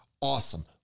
awesome